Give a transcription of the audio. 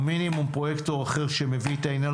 או מינימום פרויקטור אחר שמביא את העניין,